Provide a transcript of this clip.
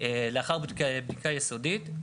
לאחר בדיקה יסודית,